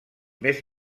més